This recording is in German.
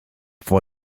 vor